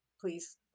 please